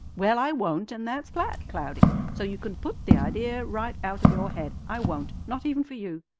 well, i won't, and that's flat, cloudy so you can put the idea right out of your head. i won't, not even for you.